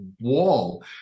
wall